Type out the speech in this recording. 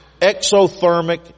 exothermic